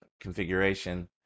configuration